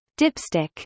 Dipstick